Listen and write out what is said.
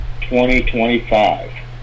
2025